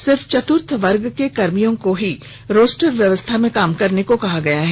सिर्फ चतुर्थ वर्ग के कर्मियों को ही रोस्टर व्यवस्था में काम करने को कहा गया है